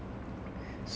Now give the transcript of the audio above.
oh